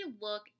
look